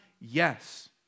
Yes